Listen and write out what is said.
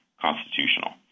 constitutional